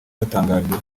batangajwe